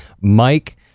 Mike